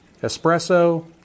espresso